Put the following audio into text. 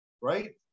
right